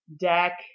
deck